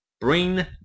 bring